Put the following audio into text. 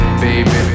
baby